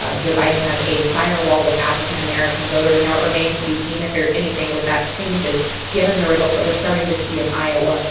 ah joe biden has a firewall with african american voters now, it remains to be seen if there anything with that changes given the results that we're starting to see in iowa.